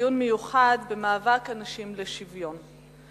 דיון מיוחד במאבק הנשים לשוויון.